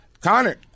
Connor